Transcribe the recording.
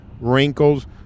wrinkles